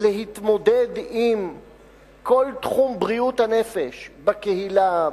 להתמודד עם כל תחום בריאות הנפש בקהילה,